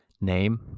name